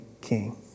king